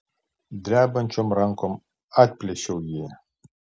drebančiom rankom atplėšiau jį